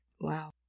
Wow